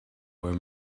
were